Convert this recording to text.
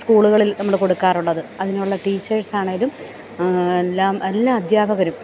സ്കൂളുകളിൽ നമ്മൾ കൊടുക്കാറുള്ളത് അതിനുള്ള ടീച്ചേഴ്സണ്ണേലും എല്ലാം എല്ലാ അധ്യാപകരും